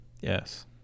yes